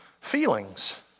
feelings